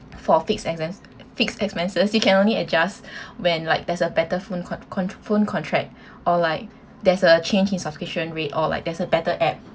for fixed expens~ fixed expenses you can only adjust when like there's a better phone con~ con~ phone contract or like there's a change in subscription rate or like there's a better app